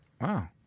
Wow